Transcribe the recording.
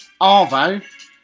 Arvo